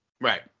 Right